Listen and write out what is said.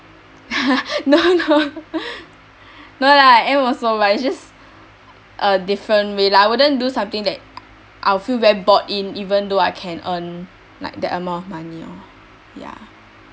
no no no lah I am also but it's just a different way lah I wouldn't do something that I'll feel very bored in even though I can earn like that amount of money lor ya